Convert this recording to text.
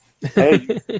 Hey